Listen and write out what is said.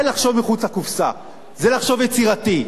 זה לחשוב מחוץ לקופסה, זה לחשוב יצירתי.